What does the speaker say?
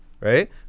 right